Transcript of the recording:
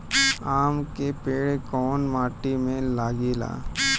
आम के पेड़ कोउन माटी में लागे ला?